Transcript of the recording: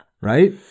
right